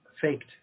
faked